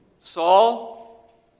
Saul